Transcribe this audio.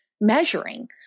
measuring